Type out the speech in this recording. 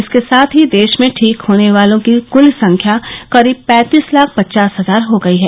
इसके साथ ही देश में ठीक होने वालों की क्ल संख्या करीब पैंतीस लाख पचास हजार हो गई है